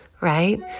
right